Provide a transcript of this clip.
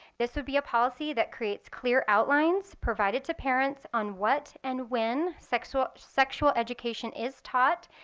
this would be a policy that creates clear outlines provided to parents on what and when sexual sexual education is taught,